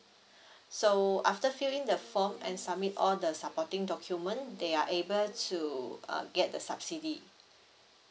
so after filling the form and submit all the supporting document they are able to uh get the subsidy